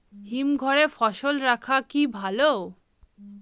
হিমঘরে ফসল রাখা কি ভালো?